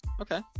okay